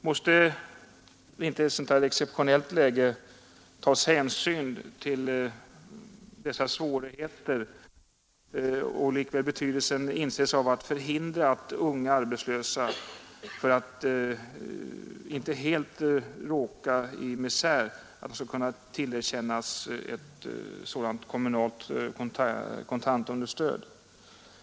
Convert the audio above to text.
Trots att man i ett sådant här exceptionellt läge måste ta hänsyn till dessa svårigheter, måste likväl betydelsen inses av att förhindra att unga arbetslösa råkar i misär. De borde därför kunna tillerkännas sådant kommunalt kontantunderstöd.